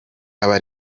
aba